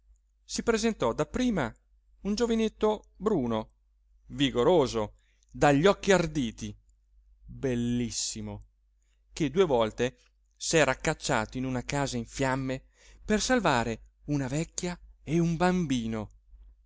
si presentò dapprima un giovinetto bruno vigoroso dagli occhi arditi bellissimo che due volte s'era cacciato in una casa in fiamme per salvare una vecchia e un bambino